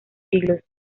siglos